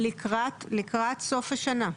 לקראת סוף השנה.